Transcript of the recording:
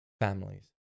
families